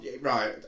Right